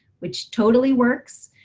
which totally works.